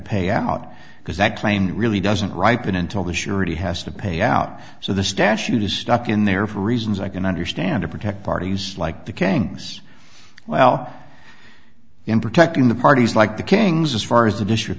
pay out because that claim really doesn't ripen until the surety has to pay out so the statute is stuck in there for reasons i can understand to protect parties like the kings now in protecting the parties like the kings as far as the district